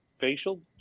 facial